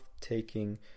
taking